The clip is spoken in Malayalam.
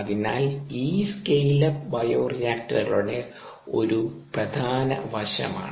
അതിനാൽ ഈ സ്കെയിൽ അപ്പ് ബയോ റിയാക്ടറുകളുടെ ഒരു പ്രധാന വശമാണ്